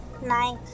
nice